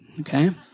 okay